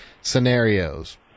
scenarios